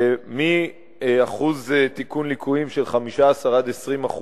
מאחוז תיקון ליקויים של 15% 20%,